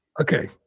Okay